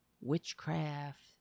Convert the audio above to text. Witchcraft